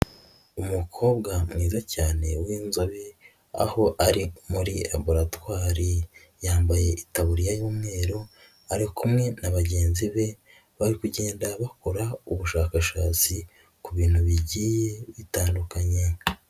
Umukobwa mwiza cyane w'inzobe aho ari muri laboratwari yambaye itaburiya y'umweru ari kumwe na bagenzi be, bari kugenda bakora ubushakashatsi ku bintu bigiye bitandukanye.